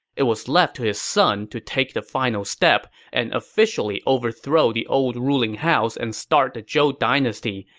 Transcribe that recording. it was left to his son to take the final step and officially overthrow the old ruling house and start the zhou dynasty.